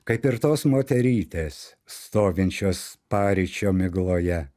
kaip ir tos moterytės stovinčios paryčio migloje